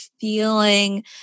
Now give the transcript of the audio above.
feeling